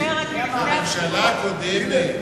זה הממשלה הקודמת.